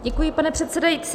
Děkuji, pane předsedající.